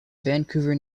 vancouver